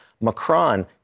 Macron